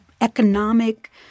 economic